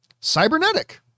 cybernetic